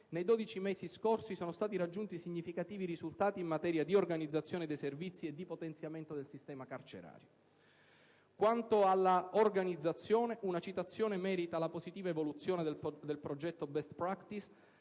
nei 12 mesi scorsi sono stati raggiunti significativi risultati in materia di organizzazione dei servizi e di potenziamento del sistema carcerario. Quanto alla organizzazione, una citazione merita la positiva evoluzione del progetto "Diffusione